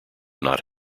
not